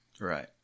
Right